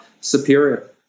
superior